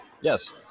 Yes